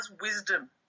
wisdom